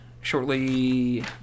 shortly